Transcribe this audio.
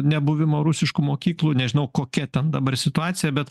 nebuvimo rusiškų mokyklų nežinau kokia ten dabar situacija bet